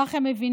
כך הם מבינים,